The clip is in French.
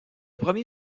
premier